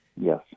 yes